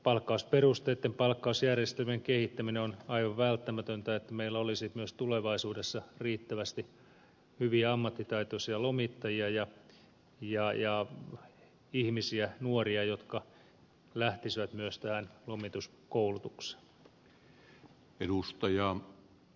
palkkausperusteitten palkkausjärjestelmien kehittäminen on aivan välttämätöntä jotta meillä olisi myös tulevaisuudessa riittävästi hyviä ammattitaitoisia lomittajia ja ihmisiä nuoria jotka lähtisivät myös tähän lomituskoulutukseen